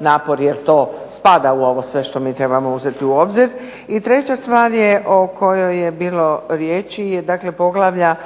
napor jer to spada u ovo sve što mi trebamo uzeti u obzir. I treća stvar o kojoj je bilo riječi su poglavlja